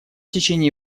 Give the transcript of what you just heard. течение